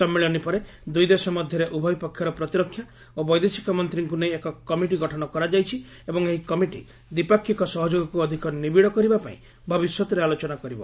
ସମ୍ମିଳନୀ ପରେ ଦୁଇ ଦେଶ ମଧ୍ୟରେ ଉଭୟ ପକ୍ଷର ପ୍ରତିରକ୍ଷା ଓ ବୈଦେଶିକ ମନ୍ତ୍ରୀଙ୍କୁ ନେଇ ଏକ କମିଟି ଗଠନ କରାଯାଇଛି ଏବଂ ଏହି କମିଟି ଦ୍ୱିପାକ୍ଷିକ ସହଯୋଗକୁ ଅଧିକ ନିବିଡ଼ କରିବାପାଇଁ ଭବିଷ୍ୟତ୍ରେ ଆଲୋଚନା କରିବ